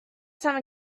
some